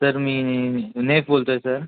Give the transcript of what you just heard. sir मी नेफ बोलतोय सर